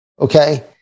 okay